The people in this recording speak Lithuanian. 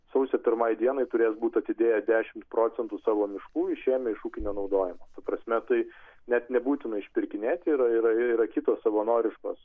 sausio pirmai dienai turės būti atidėję dešimt procentų savo miškų išėmę iš ūkinio naudojimo ta prasme tai net nebūtina išpirkinėti yra yra kitos savanoriškos